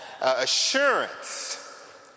assurance